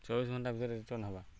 ଚବିଶ୍ ଘଣ୍ଟା ଭିତ୍ରେ ରିଟର୍ନ୍ ହେବା